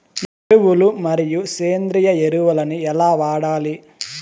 ఎరువులు మరియు సేంద్రియ ఎరువులని ఎలా వాడాలి?